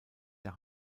der